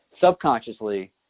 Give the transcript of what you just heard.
Subconsciously